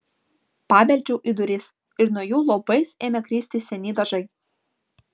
pabeldžiau į duris ir nuo jų luobais ėmė kristi seni dažai